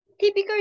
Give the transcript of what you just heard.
Typical